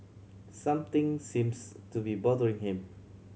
something seems to be bothering him